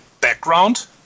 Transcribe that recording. background